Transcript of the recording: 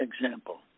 example